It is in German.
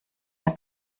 der